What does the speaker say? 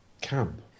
camp